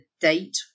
date